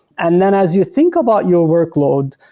and then as you think about your workload,